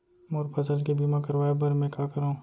मोर फसल के बीमा करवाये बर में का करंव?